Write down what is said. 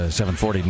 740